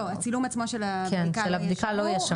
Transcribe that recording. לא, הצילום עצמו של הבדיקה לא יהיה שמור.